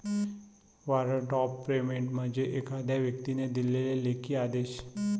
warrant of payment म्हणजे एखाद्या व्यक्तीने दिलेला लेखी आदेश